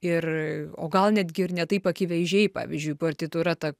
ir o gal netgi ir ne taip akivaizdžiai pavyzdžiui partitūra ta